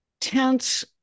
tense